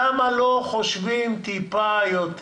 למה לא חושבים טיפה יותר?